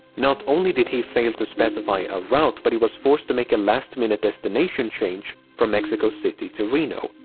not only did he fail to specify a route, but he was forced to make a last-minute destination change from mexico city to reno.